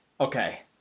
okay